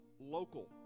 local